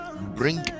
bring